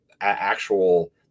actual